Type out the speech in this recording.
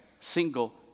single